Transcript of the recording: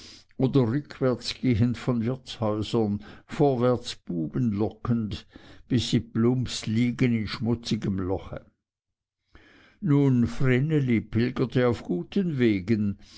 oder rückwärts gehend von wirtshäusern vorwärts buben lockend bis sie plumps liegen in schmutzigem loche nun vreneli pilgerte auf guten wegen